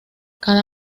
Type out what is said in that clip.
cada